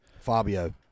Fabio